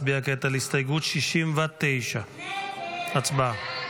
נצביע כעת על הסתייגות 69. הצבעה.